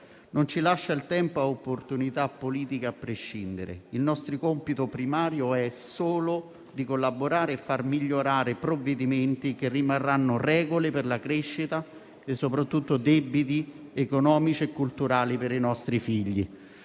non lascia il tempo per opportunità politiche, a prescindere. Il nostro compito primario è solo quello di collaborare per migliorare provvedimenti che rimarranno regole per la crescita e soprattutto debiti economici e culturali per i nostri figli.